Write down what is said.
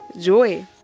joy